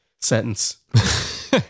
sentence